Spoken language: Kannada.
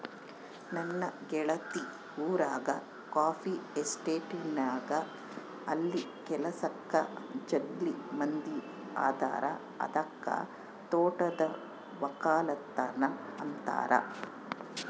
ನನ್ನ ಗೆಳತಿ ಊರಗ ಕಾಫಿ ಎಸ್ಟೇಟ್ಗಳಿದವ ಅಲ್ಲಿ ಕೆಲಸಕ್ಕ ಜಗ್ಗಿ ಮಂದಿ ಅದರ ಅದಕ್ಕ ತೋಟದ್ದು ವಕ್ಕಲತನ ಅಂತಾರ